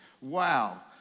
Wow